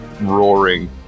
roaring